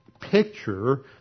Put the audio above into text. Picture